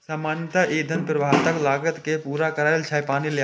सामान्यतः ई धन प्रस्तावक लागत कें पूरा करै छै